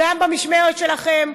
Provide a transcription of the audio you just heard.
גם במשמרת שלכם,